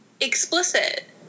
Explicit